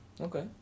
Okay